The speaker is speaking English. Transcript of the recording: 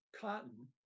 cotton